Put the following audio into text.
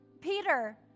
peter